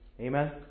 Amen